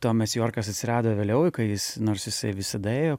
tomas jorkas atsirado vėliau kai jis nors jisai visada ėjo